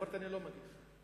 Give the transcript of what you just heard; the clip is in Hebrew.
אמרתי: אני לא מגיב.